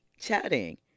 chatting